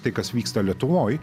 tai kas vyksta lietuvoj